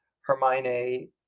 Hermione